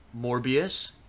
morbius